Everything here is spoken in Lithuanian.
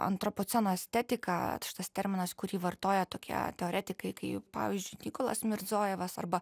antropoceno estetika šitas terminas kurį vartoja tokie teoretikai kaip pavyzdžiui mykolas mirzojevas arba